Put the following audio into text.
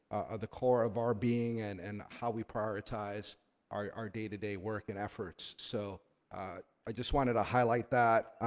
the core of our being and and how we prioritize our our day to day work and efforts. so i just wanted to highlight that.